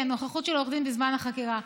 נוכחות של עורך דין בזמן חקירה?